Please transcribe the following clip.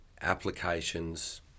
applications